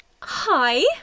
hi